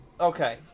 Okay